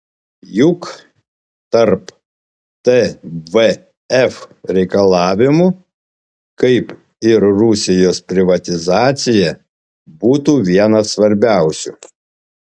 juk tarp tvf reikalavimų kaip ir rusijos privatizacija būtų vienas svarbiausių